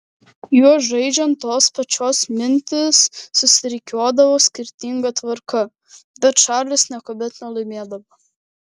juo žaidžiant tos pačios mintys susirikiuodavo skirtinga tvarka bet čarlis niekada nelaimėdavo